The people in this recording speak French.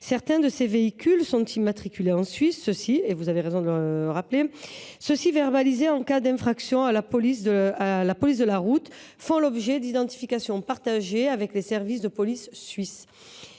Certains de ces véhicules sont immatriculés en Suisse. Lorsqu’ils sont verbalisés pour une infraction à la police de la route, ils font l’objet d’une identification partagée avec les services de police suisses,